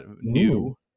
new